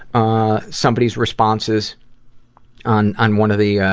ah, somebody's responses on, on one of the, ah,